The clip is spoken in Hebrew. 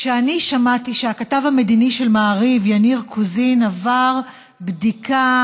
כשאני שמעתי שהכתב המדיני של מעריב יניר קוזין עבר בדיקה